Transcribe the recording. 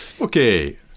Okay